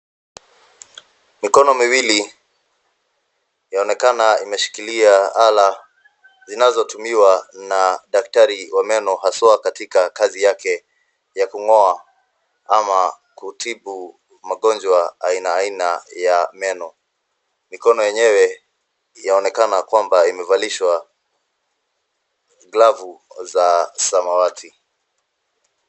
Mikono miwili yaonekana imeshikilia ala zinazotumiwa na daktari wa meno haswa katika kazi yake ya kung'oa ama kutibu magonjwa aina aina ya meno. Mikono yenyewe yaonekana kwamba imevalishwa glavu za samawati.